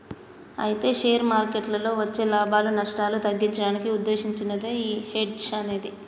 అయితే షేర్ మార్కెట్లలో వచ్చే లాభాలు నష్టాలు తగ్గించడానికి ఉద్దేశించినదే ఈ హెడ్జ్ అనేది